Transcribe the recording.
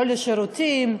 לא לשירותים,